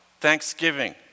thanksgiving